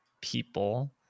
people